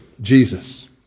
Jesus